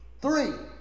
Three